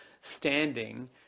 standing